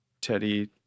Teddy